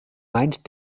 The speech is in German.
meint